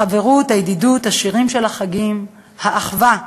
החברות, הידידות, השירים של החגים, האחווה.